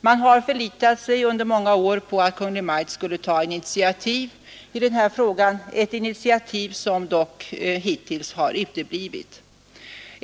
Man har under många år förlitat sig på att Kungl. Maj:t skulle ta initiativ i denna fråga, men det initiativet har hittills uteblivit.